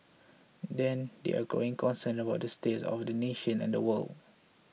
then there are growing concerns about the state of the nation and the world